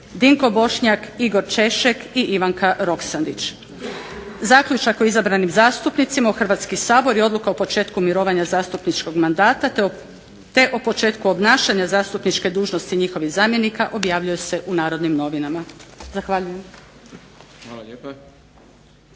Dinko Bošnjak, Igor Češek i Ivanka Roksandić. Zaključak o izabranim zastupnicima u Hrvatski sabor i odluka o početku mirovanja zastupničkog mandata te o početku obnašanja zastupničke dužnosti i njihovih zamjenika objavljuje se u Narodnim novinama. Zahvaljujem.